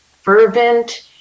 fervent